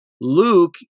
Luke